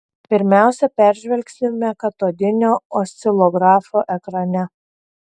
pirmiausia peržvelgsime katodinio oscilografo ekrane